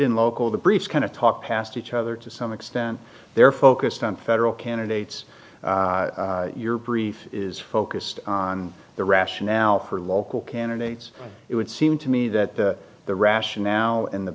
and local the briefs kind of talk past each other to some extent they're focused on federal candidates your brief is focused on the rationale for local candidates it would seem to me that the rationale in the